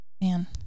man